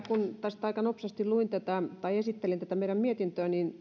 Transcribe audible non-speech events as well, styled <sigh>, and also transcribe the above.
<unintelligible> kun tässä aika nopsasti esittelin tätä meidän mietintöä niin <unintelligible>